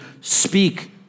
speak